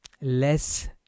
less